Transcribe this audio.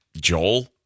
Joel